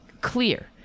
clear